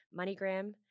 MoneyGram